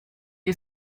you